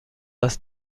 است